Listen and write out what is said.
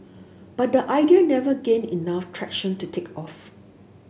but the idea never gained enough traction to take off